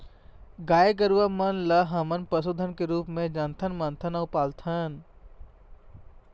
गाय गरूवा ल हमन पशु धन के रुप जानथन, मानथन अउ पालथन